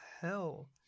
hell